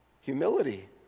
Humility